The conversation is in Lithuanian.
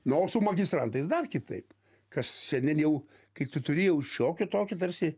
nu o su magistrantais dar kitaip kas šiandien jau kai tu turi jau šiokį tokį tarsi